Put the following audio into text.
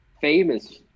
famous